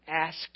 Ask